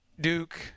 Duke